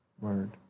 Word